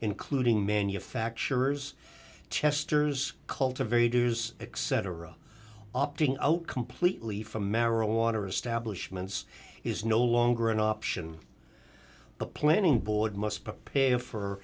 including manufacturers chester's cultivators except around opting out completely from marijuana establishment is no longer an option the planning board must prepare for